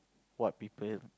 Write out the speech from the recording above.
what people